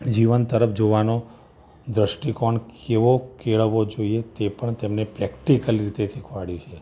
જીવન તરફ જોવાનો દૃષ્ટિકોણ કેવો કેળવવો જોઈએ તે પણ તેમણે પ્રૅક્ટિકલ રીતે શીખવાડ્યું છે